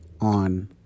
on